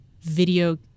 video